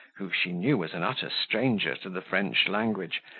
who she knew was an utter stranger to the french language,